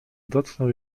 dotknął